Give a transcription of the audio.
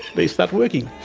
they start working.